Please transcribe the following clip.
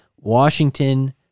Washington